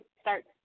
start